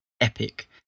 epic